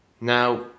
Now